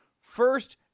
first